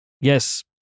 Yes